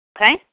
Okay